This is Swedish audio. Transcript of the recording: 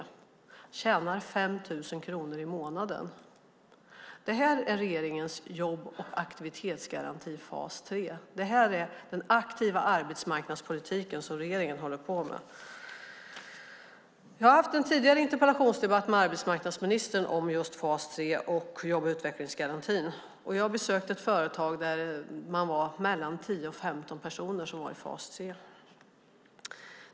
Han tjänar 5 000 kronor i månaden. Detta är regeringens jobb och utvecklingsgaranti fas 3. Det här är den aktiva arbetsmarknadspolitik som regeringen håller på med. Jag har tidigare haft en interpellationsdebatt med arbetsmarknadsministern om just fas 3 och jobb och utvecklingsgarantin. Jag besökte ett företag där det var mellan 10 och 15 personer som var i fas 3.